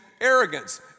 arrogance